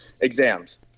exams